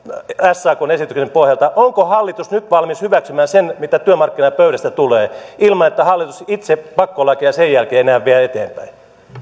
sakn esityksen pohjalta onko hallitus nyt valmis hyväksymään sen mitä työmarkkinapöydästä tulee ilman että hallitus itse pakkolakeja sen jälkeen enää vie eteenpäin